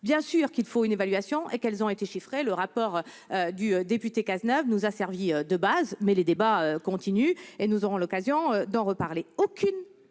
Bien sûr, il faut une évaluation ; celle-ci a été chiffrée : le rapport du député Cazeneuve nous a servi de base, mais les débats continuent, et nous aurons l'occasion d'en reparler.